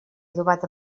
adobat